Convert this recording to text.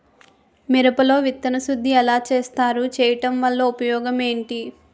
మిరప లో విత్తన శుద్ధి ఎలా చేస్తారు? చేయటం వల్ల ఉపయోగం ఏంటి?